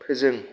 फोजों